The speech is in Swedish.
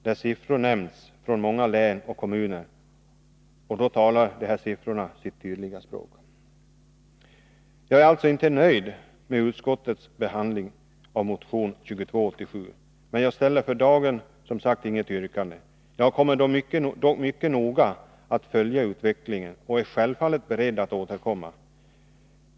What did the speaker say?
Då lämnades siffror från många län och kommuner, och i jämförelse med dem talar de här siffrorna sitt tydliga språk. Jag är alltså inte nöjd med utskottets behandling av motion 2287, men jag ställer för dagen inget yrkande. Jag kommer dock mycket noga att följa utvecklingen och är självfallet beredd att återkomma.